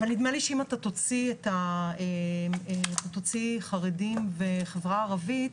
אבל נדמה לי שאם אתה תוציא חרדים וחברה ערבית,